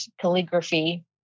calligraphy